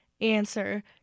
answer